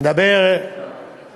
אני מדבר עליך.